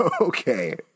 Okay